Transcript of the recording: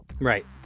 Right